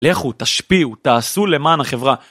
לכו, תשפיעו, תעשו למען החברה.